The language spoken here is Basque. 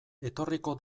etorriko